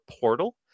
portal